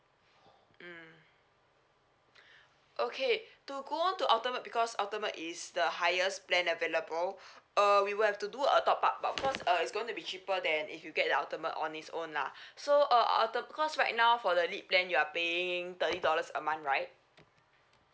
mm okay to go to ultimate because ultimate is the highest plan available uh we will have to do a top up but of course uh it's going to be cheaper than if you get the ultimate on its own lah so err ultim~ because right now for the lit plan you are paying thirty dollars a month right